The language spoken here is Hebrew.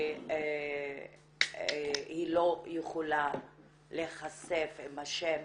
שהיא לא יכולה להיחשף עם השם